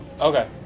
Okay